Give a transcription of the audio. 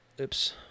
oops